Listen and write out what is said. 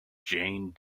jane